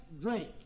drink